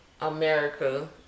America